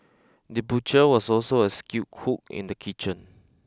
the butcher was also a skilled cook in the kitchen